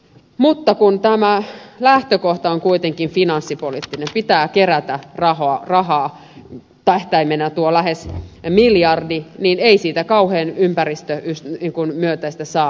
mutta kun tämä lähtökohta on kuitenkin finanssipoliittinen pitää kerätä rahaa tähtäimenä tuo lähes miljardi niin ei siitä kauhean ympäristömyönteistä saa